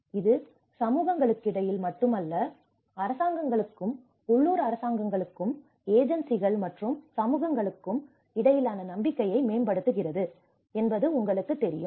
இது சமூகங்களுக்கிடையில் மட்டுமல்ல அரசாங்கங்களுக்கும் உள்ளூர் அரசாங்கங்களுக்கும் ஏஜென்சிகள் மற்றும் சமூகங்களுக்கும் இடையிலான நம்பிக்கையை மேம்படுத்துகிறது என்பது உங்களுக்குத் தெரியும்